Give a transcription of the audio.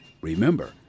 Remember